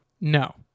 No